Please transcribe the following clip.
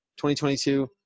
2022